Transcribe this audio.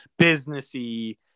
businessy